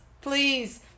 Please